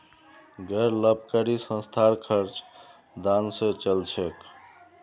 गैर लाभकारी संस्थार खर्च दान स चल छेक